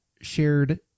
shared